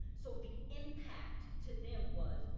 so the impact to them was,